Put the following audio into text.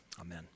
Amen